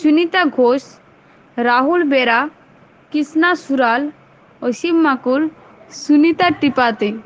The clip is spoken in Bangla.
সুনিতা ঘোষ রাহুল বেরা কিষ্ণা সুরাল অশীম মাকুল সুনিতা টিপাতে